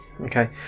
Okay